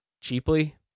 cheaply